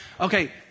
Okay